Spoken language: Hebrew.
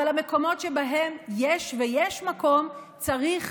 אבל המקומות שבהם יש ויש מקום, צריך,